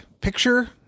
picture